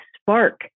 spark